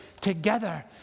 together